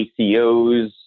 ACOs